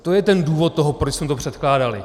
To je ten důvod toho, proč jsme to předkládali.